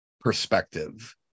perspective